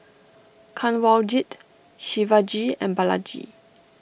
Kanwaljit Shivaji and Balaji